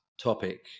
topic